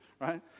right